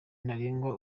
ntarengwa